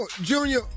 Junior